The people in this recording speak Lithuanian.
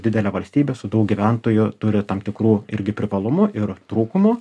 didelė valstybė su daug gyventojų turi tam tikrų irgi privalumų ir trūkumų